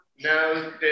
No